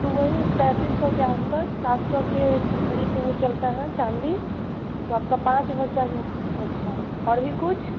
वही पैंतीस सौ के आस पास सात सौ की घड़ी तो वो चलता है चाँदी तो आपका पाँच हज़ार चाहिए अच्छा और भी कुछ